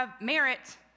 merit